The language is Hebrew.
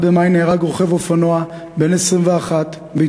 ב-21 במאי נהרג רוכב אופנוע בן 21 בהתנגשות